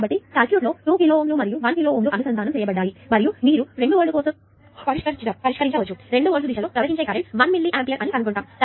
కాబట్టి సర్క్యూట్ లో 2 కిలోΩలు మరియు 1 కిలోΩలు అనుసందానం చేయబడ్డాయి మరియు మీరు 2v కోసం పరిష్కరించవచ్చు2v దిశలో ప్రవహించే కరెంట్ 1 మిల్లీ ఆంపియర్ అని కనుగొంటాము